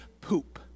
poop